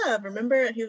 remember